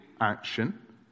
action